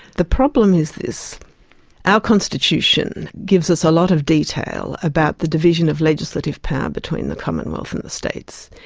the problem is this our constitution gives us a lot of detail about the division of legislative power between the commonwealth and the states.